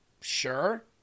Sure